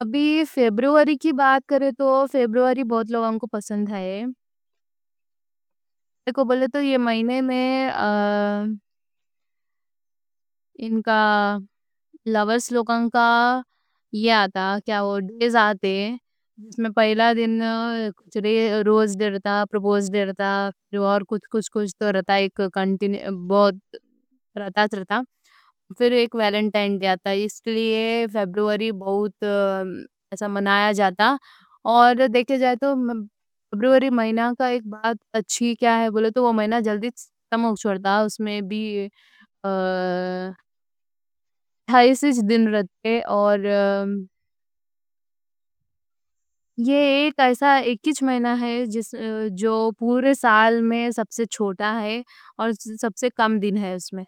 ابھی فروری کی بات کریں تو فروری بہت لوگاں کوں پسند ہے۔ آپ کوں بولے تو یہ مہینے میں ان کا لوورز لوگاں کا ڈیز آتے۔ یہ آتا کہ وہ ڈیز آتے، جس میں پہلا دن روز ڈے رہتا، پروپوز ڈے رہتا، اور کچھ کچھ ڈیز رہتے، پھر ایک ویلنٹائن ڈے آتا۔ لیے فروری بہت منایا جاتا۔ اور دیکھے جائے تو فروری مہینا کا ایک بات اچھی کیا ہے بولے تو، اس میں بھی اٹھائیس اِچ دن رہتے۔ اور یہ ایک مہینا ہے جو پورے سال میں سب سے چھوٹا ہے اور سب سے کم دن ہے اس میں۔